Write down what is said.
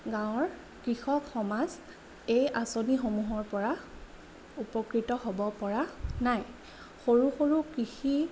গাঁৱৰ কৃষক সমাজ এই আঁচনিসমূহৰ পৰা উপকৃত হ'ব পৰা নাই সৰু সৰু কৃষি